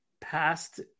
past